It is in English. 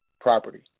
property